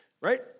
right